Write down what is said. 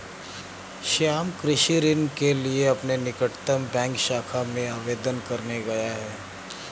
श्याम कृषि ऋण के लिए अपने निकटतम बैंक शाखा में आवेदन करने गया है